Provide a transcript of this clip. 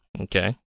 Okay